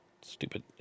Stupid